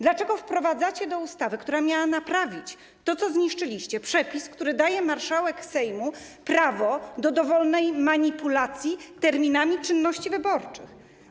Dlaczego wprowadzacie do ustawy, która miała naprawić to, co zniszczyliście, przepis, który daje marszałek Sejmu prawo do manipulowania w dowolny sposób terminami czynności wyborczych?